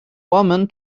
woman